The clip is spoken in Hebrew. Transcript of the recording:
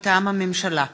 מטעם הממשלה: